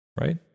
right